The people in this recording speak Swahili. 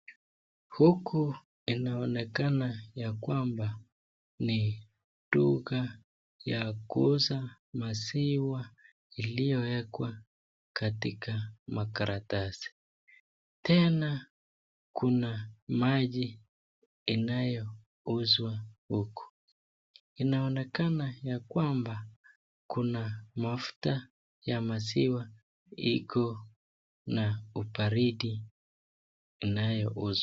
Huku inaonekana ya kwamba ni duka ya kuuza maziwa iliyowekwa katika makaratasi. Tena kuna maji inayouzwa huku. Inaonekana ya kwamba kuna mafuta ya maziwa iko na ubaridi inayouzwa.